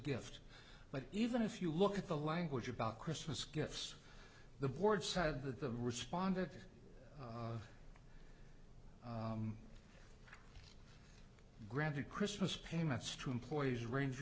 gift but even if you look at the language about christmas gifts the board said that the responded granted christmas payments to employees rang